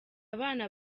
abana